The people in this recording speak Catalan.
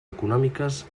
econòmiques